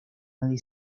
nadie